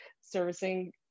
servicing